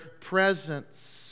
presence